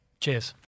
Cheers